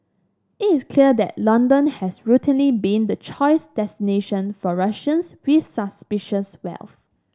it is clear that London has routinely been the choice destination for Russians with suspicious wealth